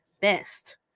best